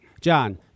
John